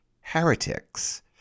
heretics